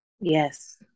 Yes